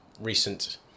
recent